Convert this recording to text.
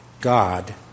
God